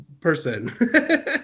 person